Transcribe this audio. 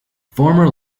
former